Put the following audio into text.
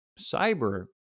cyber